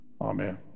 Amen